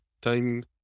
time